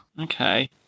Okay